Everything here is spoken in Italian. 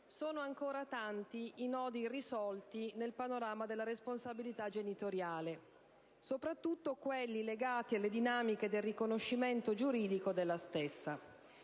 sono ancora tanti i nodi irrisolti nel panorama della responsabilità genitoriale, soprattutto quelli legati alle dinamiche del riconoscimento giuridico della stessa.